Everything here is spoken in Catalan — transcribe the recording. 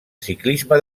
ciclisme